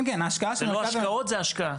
זה לא השקעות, זה השקעה.